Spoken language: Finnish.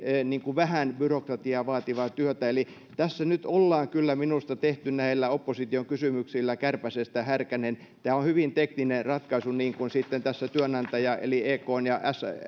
vähän byrokratiaa vaativaa työtä eli tässä nyt ollaan kyllä minusta tehty näillä opposition kysymyksillä kärpäsestä härkänen tämä on hyvin tekninen ratkaisu niin kuin sitten tässä työnantajan eli ekn ja